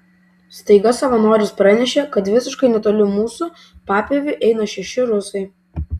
staiga savanoris pranešė kad visiškai netoli mūsų papieviu eina šeši rusai